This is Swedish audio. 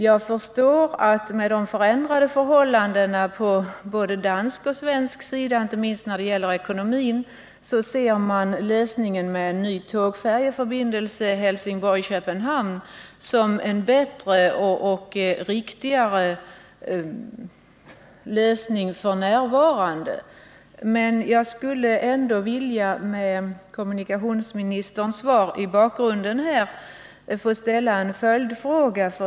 Jag förstår att man f. n. med hänsyn till de ändrade förhållandena på både dansk och svensk sida, inte minst med avseende på ekonomin, betraktar lösningen med en ny tågfärjeförbindelse Helsingborg-Köpenhamn som en bättre och riktigare lösning. Med tanke på kommunikationsministerns svar skulle jag ändå vilja ställa en följdfråga.